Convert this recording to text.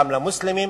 גם למוסלמים,